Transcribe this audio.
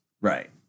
Right